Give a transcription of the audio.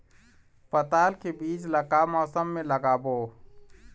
पताल के बीज ला का मौसम मे लगाबो?